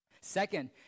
Second